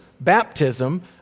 baptism